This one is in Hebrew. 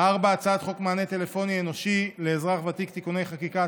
4. הצעת חוק מענה טלפוני אנושי לאזרח ותיק (תיקוני חקיקה),